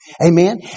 Amen